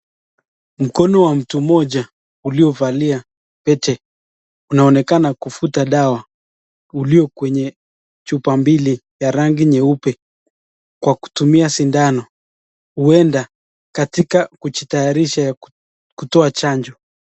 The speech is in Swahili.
Mkono wa mtu mmoja uliovalia pete unaonekana kufuta dawa ulio kwenye chupa mbili ya rangi nyeupe kwa kutumia sindano. Huenda katika kujitayarisha kutoa chanjo.